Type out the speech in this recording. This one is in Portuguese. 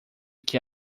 que